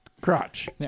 crotch